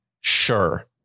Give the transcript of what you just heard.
sure